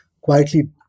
quietly